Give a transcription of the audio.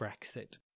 Brexit